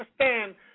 understand